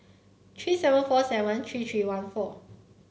three seven four seven three three one four